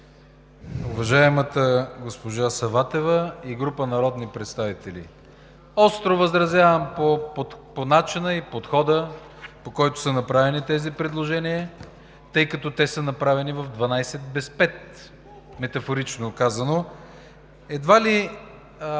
уважаемата госпожа Саватева и група народни представители – остро възразявам по начина и подхода, по който са направени тези предложения, тъй като те са направени в 12 без пет, метафорично казано. Едва ли